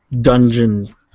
dungeon